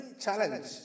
challenge